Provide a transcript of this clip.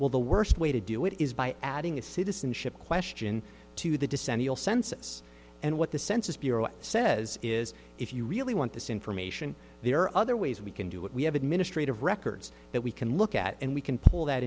will the worst way to do it is by adding a citizenship question to the descent census and what the census bureau says is if you really want this information there are other ways we can do it we have administrative records that we can look at and we can pull that